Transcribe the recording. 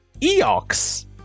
Eox